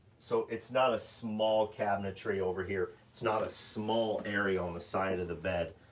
so it's not a small cabinetry over here. it's not a small area on the side of the bed.